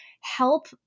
help